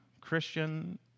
Christian